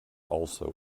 also